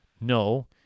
No